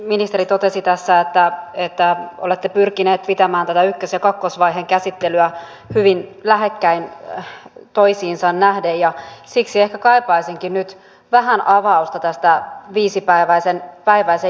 ministeri totesi tässä että olette pyrkineet pitämään tätä ykkös ja kakkosvaiheen käsittelyä hyvin lähekkäin toisiinsa nähden ja siksi ehkä kaipaisinkin nyt vähän avausta tämän viisipäiväisen jakelun osalta